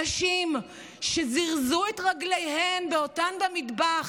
הנשים זירזו את רגליהן בעודן במטבח,